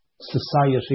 society